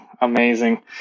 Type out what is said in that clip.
amazing